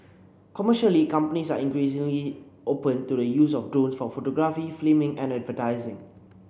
commercially companies are increasingly open to the use of drones for photography filming and advertising